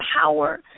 power